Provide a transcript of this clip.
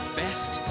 best